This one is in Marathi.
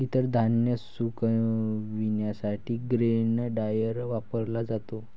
इतर धान्य सुकविण्यासाठी ग्रेन ड्रायर वापरला जातो